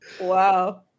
Wow